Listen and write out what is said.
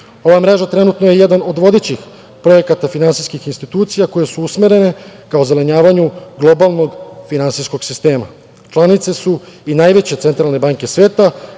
Ova mreža trenutno je jedan od vodećih projekata finansijskih institucija koje su usmerene ka ozelenjavanju globalnog finansijskog sistema. Članice su i najveće centralne banke sveta,